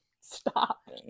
stop